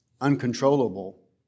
uncontrollable